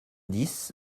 dix